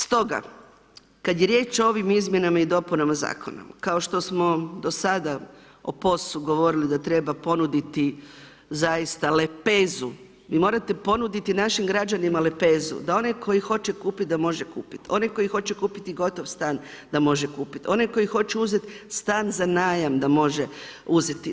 Stoga kada je riječ o ovim izmjenama i dopunama zakona kao što smo do sada o POS-u govorili da treba ponuditi zaista lepezu, vi morate ponuditi našim građanima lepezu da onaj koji hoće kupiti da može kupiti, onaj koji hoće kupiti gotov stan da može kupiti, onaj koji hoće uzeti stan za najam, da može uzeti.